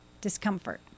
discomfort